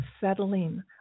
settling